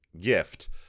gift